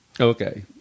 Okay